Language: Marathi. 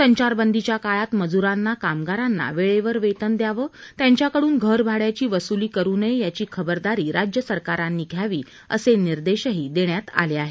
संचारबंदीच्या काळात मजुरांना कामगारांना वेळेवर वेतन द्यावे त्यांच्याकडून घरभाड्याची वसुली करू नये याची खबरदारी राज्य सरकारांनी घ्यावी असे निर्देशही देण्यात आले आहेत